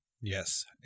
Yes